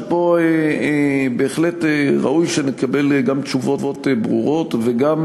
שפה בהחלט ראוי גם שנקבל תשובות ברורות וגם